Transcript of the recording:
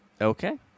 Okay